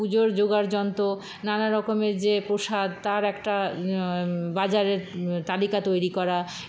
পুজোর যোগাড় যন্ত্র নানারকমের যে প্রসাদ তার একটা বাজারের তালিকা তৈরি করা